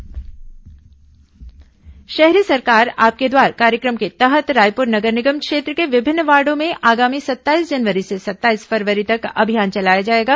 शहरी सरकार आपके द्वार कार्यक्रम शहरी सरकार आपके द्वार कार्यक्रम के तहत रायपूर नगर निगम क्षेत्र के विभिन्न वार्डो में आगामी सत्ताईस जनवरी से सत्ताईस फरवरी तक अभियान चलाया जाएगा